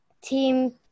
Team